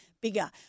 bigger